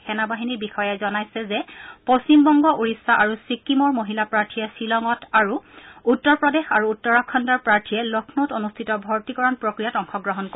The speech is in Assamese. সেনাবাহিনীৰ বিষযাই জনাইছে যে পশ্চিমবংগ ওড়িশা আৰু চিক্কিমৰ মহিলা প্ৰাৰ্থীয়ে শ্বিলঙত আৰু উত্তৰ প্ৰদেশ আৰু উত্তৰাখণ্ডৰ প্ৰাৰ্থীয়ে লক্ষ্ণৌত অনুষ্ঠিত ভৰ্তিকৰণ প্ৰক্ৰিয়াত অংশগ্ৰহণ কৰে